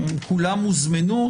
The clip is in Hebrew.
כולם הוזמנו.